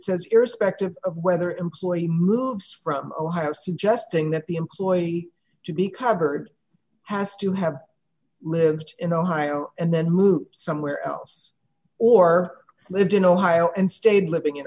says irrespective of whether employee moves from ohio suggesting that the employee to be covered has to have lived in ohio and then moved somewhere else or lived in ohio and stayed living in